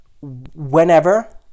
whenever